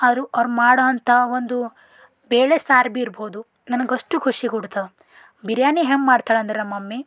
ಅವ್ರು ಅವ್ರು ಮಾಡುವಂಥ ಒಂದು ಬೇಳೆ ಸಾರು ಭಿ ಇರ್ಬೋದು ನನಗಷ್ಟು ಖುಷಿ ಕೊಡ್ತವ ಬಿರ್ಯಾನಿ ಹೆಂಗೆ ಮಾಡ್ತಾಳಂದ್ರೆ ನಮ್ಮ ಮಮ್ಮಿ